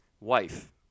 wife